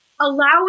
allowing